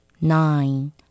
Nine